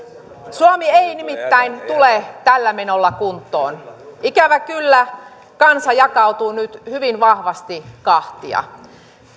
suomi ei ei nimittäin tule tällä menolla kuntoon ikävä kyllä kansa jakautuu nyt hyvin vahvasti kahtia